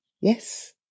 Yes